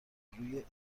روی